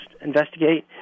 investigate